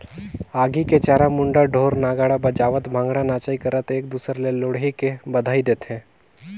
आगी के चारों मुड़ा ढोर नगाड़ा बजावत भांगडा नाचई करत एक दूसर ले लोहड़ी के बधई देथे